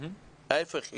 ההיפך,